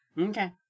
Okay